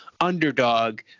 underdog